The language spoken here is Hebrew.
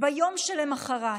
ביום שלמוחרת,